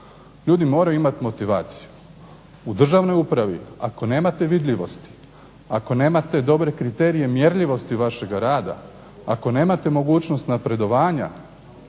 Ljudi moraju imati motivaciju. U državnoj upravi ako nemate vidljivosti, ako nemate dobre kriterije mjerljivosti vašega rada, ako nemate mogućnost napredovanja